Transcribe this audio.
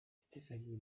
stephanie